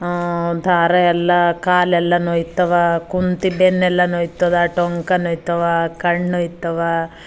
ತಾರೆ ಎಲ್ಲ ಕಾಲು ಎಲ್ಲ ನೋಯ್ತವೆ ಕುಂತು ಬೆನ್ನೆಲ್ಲ ನೋಯ್ತದೆ ಟೊಂಕ ನೋಯ್ತವೆ ಕಣ್ಣು ನೋಯ್ತವೆ